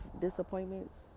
disappointments